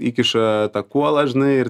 įkiša tą kuolą žinai ir